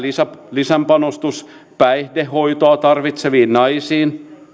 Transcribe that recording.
lisäpanostus päihdehoitoa tarvitseviin naisiin